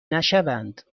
نشوند